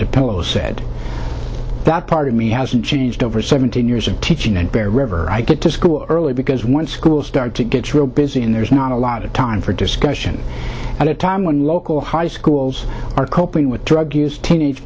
to polo said that part of me hasn't changed over seventeen years of teaching and bear river i could just early because one school started to get real busy and there's not a lot of time for discussion at a time when local high schools are coping with drug use teenage